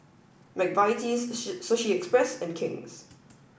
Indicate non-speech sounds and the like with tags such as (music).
Mike Vitie's (unintelligible) Sushi Express and King's